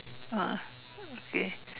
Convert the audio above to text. ah okay